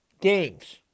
games